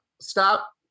stop